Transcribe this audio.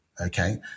okay